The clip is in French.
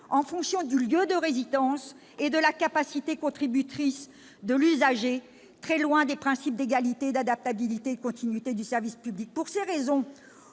en fonction du lieu de résidence et de la capacité contributrice de l'usager, très loin des principes d'égalité, d'adaptabilité et de continuité. Pour toutes ces raisons,